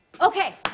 Okay